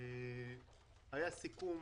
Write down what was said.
היה סיכום